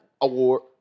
award